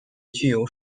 具有